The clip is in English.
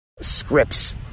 scripts